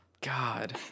God